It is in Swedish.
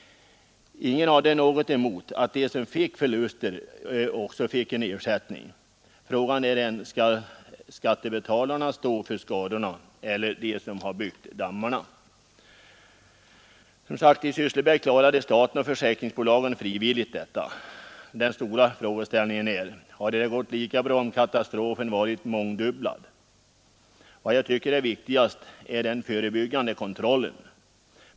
Ingen hade något emot att de som fick vidkännas förluster fick ersättning. Frågan är om skattebetalarna skall stå för kostnaderna för skadorna eller om de som har byggt dammarna skall göra det. I Sysslebäck åtog sig staten och försäkringsbolagen frivilligt att svara för kostnaderna. Den stora frågeställningen är: Hade det gått lika bra om katastrofen hade varit mångdubbelt större? Vad jag tycker är viktigast är den förebyggande kontrollen.